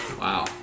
Wow